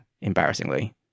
embarrassingly